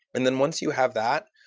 and then once you have that,